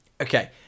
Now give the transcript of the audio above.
Okay